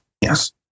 yes